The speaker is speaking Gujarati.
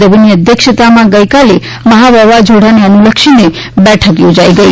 દવેની અધ્યક્ષતામાં ગઇકાલે મહા વાવાઝીડાને અનુલક્ષીને બેઠક યોજાઇ ગઇ